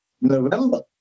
November